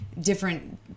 different